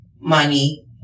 money